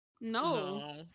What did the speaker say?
No